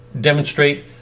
demonstrate